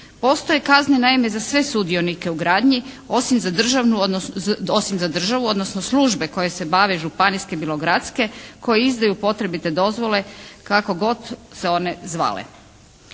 Postoje kazne naime, za sve sudionike u gradnji osim za državu odnosno službe koje se bave, županijske bilo gradske koje izdaju potrebite dozvole kako god se one zvale.